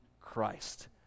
Christ